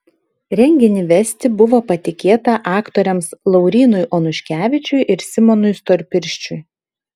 renginį vesti buvo patikėta aktoriams laurynui onuškevičiui ir simonui storpirščiui